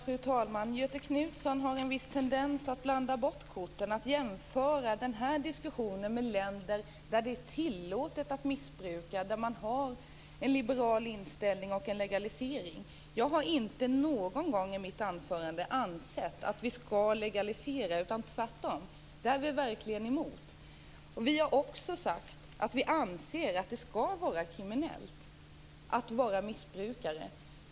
Fru talman! Göthe Knutson har en viss tendens att blanda bort korten, och att i den här diskussionen jämföra Sverige med länder där det är tillåtet att missbruka och där man har en liberal inställning och en legalisering. Jag har inte någon gång i mitt anförande sagt att vi anser att vi skall legalisera missbruket. Tvärtom är vi i Vänsterpartiet verkligen emot det. Vi har också sagt att vi anser att det skall vara kriminellt att vara missbrukare.